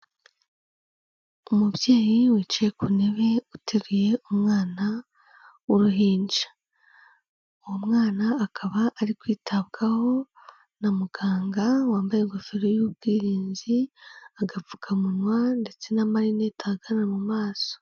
Umubyeyi wicaye ku ntebe uteruye umwana w'uruhinja, uwo mwana akaba ari kwitabwaho na muganga wambaye ingofero y'ubwirinzi, agapfukamunwa ndetse n'amarinete ahagana mu maso.